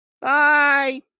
Bye